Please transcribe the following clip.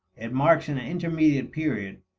it marks an intermediate period,